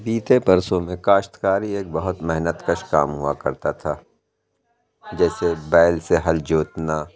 بیتے برسوں میں کاشتکاری ایک بہت محنت کش کام ہُوا کرتا تھا جیسے بیل سے ہل جوتنا